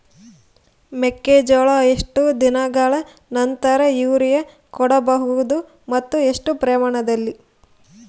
ಮೆಕ್ಕೆಜೋಳಕ್ಕೆ ಎಷ್ಟು ದಿನಗಳ ನಂತರ ಯೂರಿಯಾ ಕೊಡಬಹುದು ಮತ್ತು ಎಷ್ಟು ಪ್ರಮಾಣದಲ್ಲಿ?